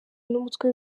n’umutwe